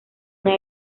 una